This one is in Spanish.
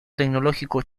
tecnológico